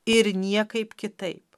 ir niekaip kitaip